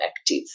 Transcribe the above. active